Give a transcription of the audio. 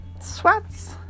sweats